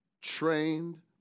trained